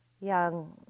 young